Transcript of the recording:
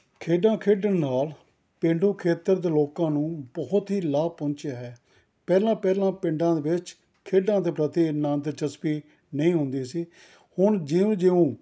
ਖੇਡਾਂ ਖੇਡਣ ਨਾਲ ਪੇਂਡੂ ਖੇਤਰ ਦੇ ਲੋਕਾਂ ਨੂੰ ਬਹੁਤ ਹੀ ਲਾਭ ਪਹੁੰਚਿਆ ਹੈ ਪਹਿਲਾਂ ਪਹਿਲਾਂ ਪਿੰਡਾਂ ਵਿੱਚ ਖੇਡਾਂ ਦੇ ਪ੍ਰਤੀ ਐਨਾ ਦਿਲਚਸਪੀ ਨਹੀਂ ਹੁੰਦੀ ਸੀ ਹੁਣ ਜਿਉਂ ਜਿਉਂ